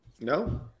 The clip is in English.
No